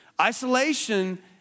Isolation